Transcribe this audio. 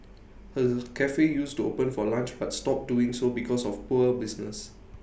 her Cafe used to open for lunch but stopped doing so because of poor business